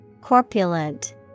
Corpulent